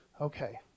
okay